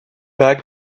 back